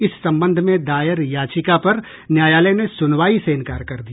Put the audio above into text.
इस संबंध में दायर याचिका पर न्यायालय ने सुनवाई से इनकार कर दिया